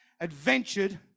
adventured